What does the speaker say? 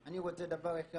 שאני רוצה דבר אחד